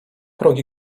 progi